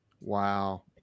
Wow